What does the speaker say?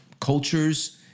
cultures